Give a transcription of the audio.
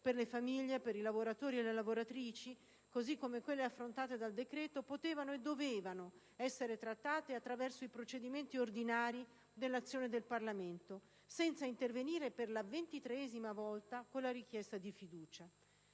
per le famiglie, per i lavoratori e le lavoratrici, come quelle affrontate dal decreto potevano e dovevano essere trattate attraverso i procedimenti ordinari dell'azione del Parlamento, senza intervenire per la ventitreesima volta con la richiesta di fiducia.